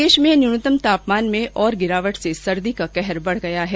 प्रदेश में न्यूनतम तापमान में और गिरावट से सर्दी का कहर बढ़ गया है